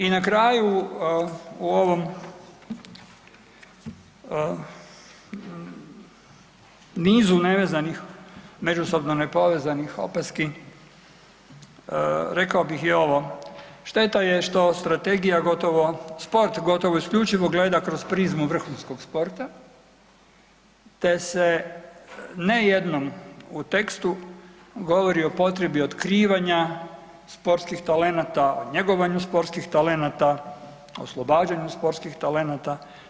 I na kraju, u ovom nizu nevezanih, međusobno nepovezanih opaski rekao bih i ovo, šteta je što strategija gotovo, sport gotovo isključivo gleda kroz prizmu vrhunskog sporta, te se ne jednom u tekstu govori o potrebi otkrivanja sportskih talenata, o njegovanju sportskih talenata, oslobađanju sportskih talenata.